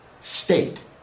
State